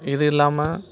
இது இல்லாமல்